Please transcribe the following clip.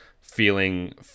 feeling